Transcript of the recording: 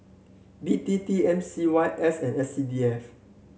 B T T M C Y S and S C D F